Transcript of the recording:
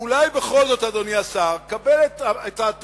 אולי בכל זאת, אדוני השר, קבל את דעתנו,